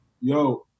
Yo